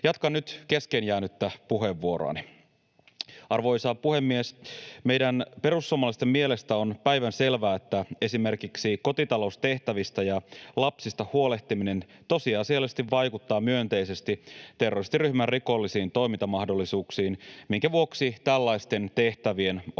Jatkan nyt kesken jäänyttä puheenvuoroani. Arvoisa puhemies! Meidän perussuomalaisten mielestä on päivänselvää, että esimerkiksi kotitaloustehtävistä ja lapsista huolehtiminen tosiasiallisesti vaikuttaa myönteisesti terroristiryhmän rikollisiin toimintamahdollisuuksiin, minkä vuoksi tällaisten tehtävien olisi